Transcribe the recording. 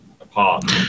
apart